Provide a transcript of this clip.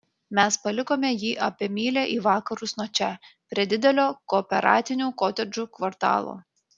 mes palikome jį apie mylią į vakarus nuo čia prie didelio kooperatinių kotedžų kvartalo